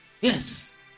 Yes